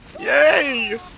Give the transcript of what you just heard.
Yay